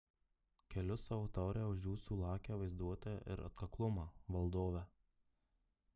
keliu savo taurę už jūsų lakią vaizduotę ir atkaklumą valdove